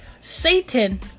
Satan